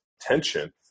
tension